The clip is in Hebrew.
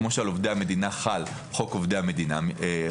כמו שעל עובדי המדינה חל חוק שירות המדינה (משמעת).